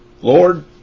Lord